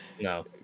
No